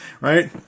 Right